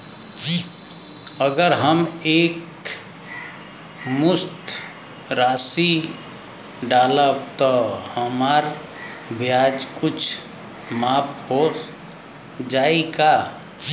अगर हम एक मुस्त राशी डालब त हमार ब्याज कुछ माफ हो जायी का?